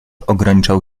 ograniczał